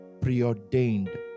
preordained